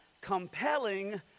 compelling